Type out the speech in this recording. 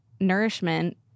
nourishment